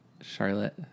Charlotte